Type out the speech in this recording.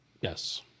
Yes